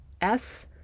S-